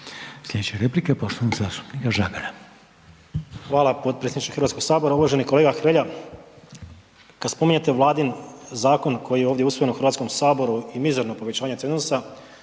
Sljedeća replika je poštovanog zastupnika Pernara.